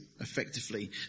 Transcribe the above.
effectively